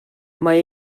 mae